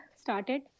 started